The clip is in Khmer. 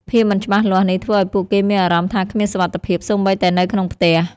ភាពមិនច្បាស់លាស់នេះធ្វើឲ្យពួកគេមានអារម្មណ៍ថាគ្មានសុវត្ថិភាពសូម្បីតែនៅក្នុងផ្ទះ។